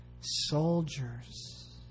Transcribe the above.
soldiers